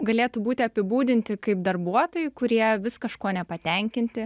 galėtų būti apibūdinti kaip darbuotojai kurie vis kažkuo nepatenkinti